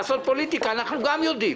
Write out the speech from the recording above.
לעשות פוליטיקה אנחנו גם יודעים.